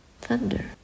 thunder